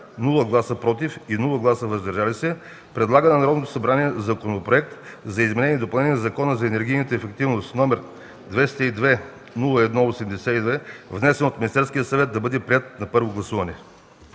без „против” и „въздържали се” предлага на Народното събрание Законопроект за изменение и допълнение на Закона за енергийната ефективност, № 202-01-82, внесен от Министерския съвет, да бъде приет на първо гласуване.”